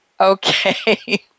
Okay